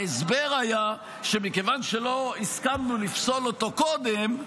ההסבר היה שמכיוון שלא הסכמנו לפסול אותו קודם,